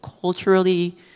culturally